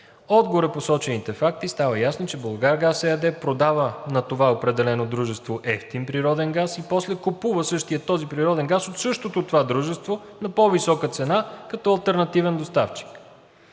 От горепосочените факти става ясно, че „Булгаргаз“ ЕАД продава на това определено дружество евтин природен газ и после купува същия този природен газ от същото това дружество на по-висока цена като алтернативен доставчик.